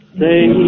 say